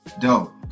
Dope